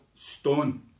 stone